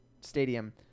stadium